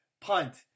punt